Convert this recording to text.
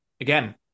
Again